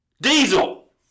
Diesel